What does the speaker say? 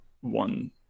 one